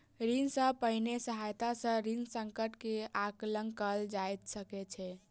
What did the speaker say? ऋण सॅ पहिने सहायता सॅ ऋण संकट के आंकलन कयल जा सकै छै